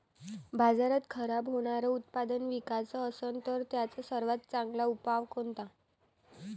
बाजारात खराब होनारं उत्पादन विकाच असन तर त्याचा सर्वात चांगला उपाव कोनता?